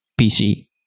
pc